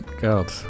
God